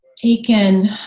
Taken